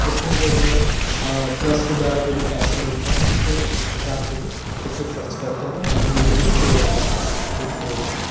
उसमें जो भी है ट्रस्ट द्वारा जो भी पैसे मिलते हैं उसके हिसाब से वे उस पर ख़र्च करते हैं और बाक़ी लोगों को सेवा करते है वृद्ध लोगों की